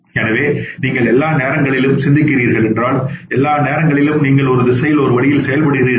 எனவே நீங்கள் எல்லா நேரங்களிலும் சிந்திக்கிறீர்கள் என்றால் எல்லா நேரங்களிலும் நீங்கள் ஒரு திசையில் ஒரு வழியில் செயல்படுகிறீர்கள்